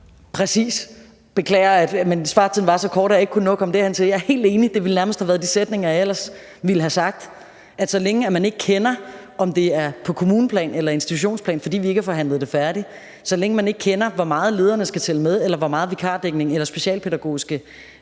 Præcis! Beklager, men svartiden var så kort, at jeg ikke kunne nå at komme derhen til. Jeg er helt enig. Det ville nærmest have været de sætninger, jeg ellers ville have sagt: Så længe man ikke ved, om det er på kommuneplan eller institutionsplan, fordi vi ikke har forhandlet det færdigt, så længe man ikke ved, hvor meget lederne skal tælle med, eller hvor meget vikardækning eller specialpædagogiske